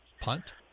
Punt